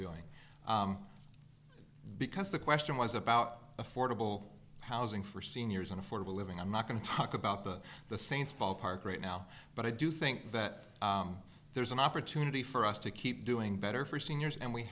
doing because the question was about affordable housing for seniors and affordable living i'm not going to talk about the the saints ballpark right now but i do think that there's an opportunity for us to keep doing better for seniors and we